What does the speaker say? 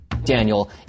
Daniel